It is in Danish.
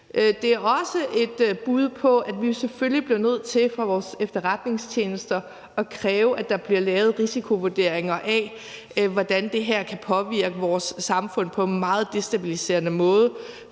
Det er også et bud på, at vi selvfølgelig bliver nødt til af vores efterretningstjenester at kræve, at der bliver lavet risikovurderinger af, hvordan det her kan påvirke vores samfund på en meget destabiliserende måde.